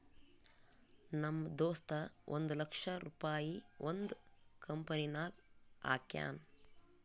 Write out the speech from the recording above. ನಮ್ ದೋಸ್ತ ಒಂದ್ ಲಕ್ಷ ರುಪಾಯಿ ಒಂದ್ ಕಂಪನಿನಾಗ್ ಹಾಕ್ಯಾನ್